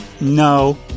No